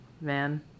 Man